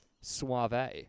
suave